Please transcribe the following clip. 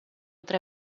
tre